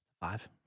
Five